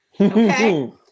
Okay